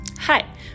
Hi